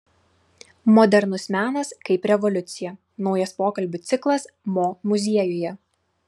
modernus menas kaip revoliucija naujas pokalbių ciklas mo muziejuje